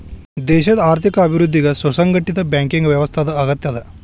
ದೇಶದ್ ಆರ್ಥಿಕ ಅಭಿವೃದ್ಧಿಗೆ ಸುಸಂಘಟಿತ ಬ್ಯಾಂಕಿಂಗ್ ವ್ಯವಸ್ಥಾದ್ ಅಗತ್ಯದ